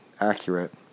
accurate